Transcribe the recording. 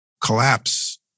collapse